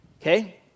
Okay